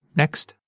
next